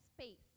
space